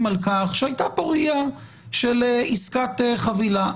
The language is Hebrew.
על כך שהייתה כאן ראייה של עסקת חבילה.